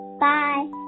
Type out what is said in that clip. Bye